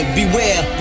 beware